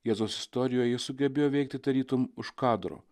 jėzaus istorijoj ji sugebėjo veikti tarytum už kadro